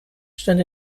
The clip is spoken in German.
stand